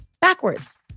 backwards